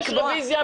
יש רביזיה,